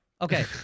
Okay